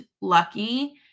lucky